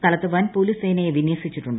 സ്ഥലത്ത് വൻ പോലീസ് സേനയെ വിന്യസിച്ചിട്ടുണ്ട്